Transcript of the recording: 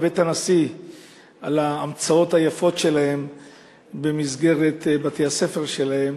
בבית הנשיא על ההמצאות היפות שלהם במסגרת בתי-הספר שלהם.